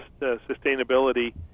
sustainability